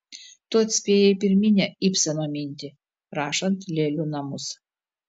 tu atspėjai pirminę ibseno mintį rašant lėlių namus